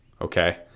okay